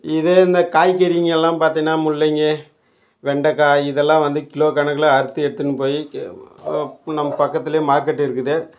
இதே இந்த காய்கறிங்கள் எல்லாம் பார்த்தீன்னா முள்ளங்கி வெண்டக்காய் இதெல்லாம் வந்து கிலோ கணக்கில் அறுத்து எடுத்துன்னு போய் அதாவது நம்ம பக்கத்தில் மார்க்கெட் இருக்குது